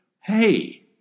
hey